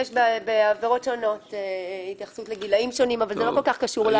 יש בעבירות שונות התייחסות לגילאים שונים אבל זה לא כל כך קשור.